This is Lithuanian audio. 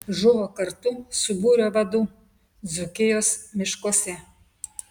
žuvo kartu su būrio vadu dzūkijos miškuose